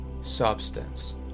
substance